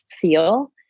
feel